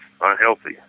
unhealthy